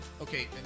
okay